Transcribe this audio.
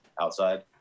outside